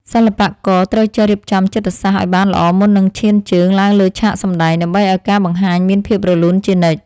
សិល្បករត្រូវចេះរៀបចំចិត្តសាស្ត្រឱ្យបានល្អមុននឹងឈានជើងឡើងលើឆាកសម្តែង ដើម្បីឱ្យការបង្ហាញមានភាពរលូនជានិច្ច។